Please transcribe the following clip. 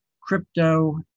crypto